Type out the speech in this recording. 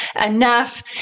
enough